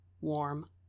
warm